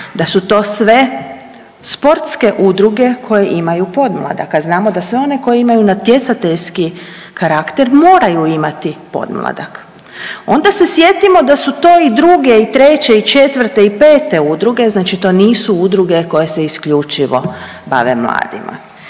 da su to sve sportske udruge koje imaju pomladak, a znamo da sve one koje imaju natjecateljski karakter moraju imati podmladak. Onda se sjetimo da su to i druge i treće i četvrte i pete udruge, znači to nisu udruge koje se isključivo bave mladima.